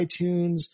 iTunes